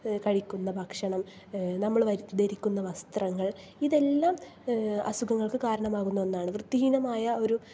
കഴിക്കുന്ന ഭക്ഷണം നമ്മൾ ധ ധരിക്കുന്ന വസ്ത്രങ്ങൾ ഇതെല്ലാം അസുഖങ്ങൾക്ക് കാരണമാകുന്ന ഒന്നാണ് വൃത്തിഹീനമായ ഒരു